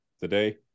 today